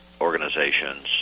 organizations